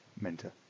Mentor